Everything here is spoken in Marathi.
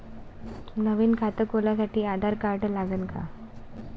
नवीन खात खोलासाठी आधार कार्ड लागन का?